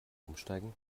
umsteigen